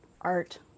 art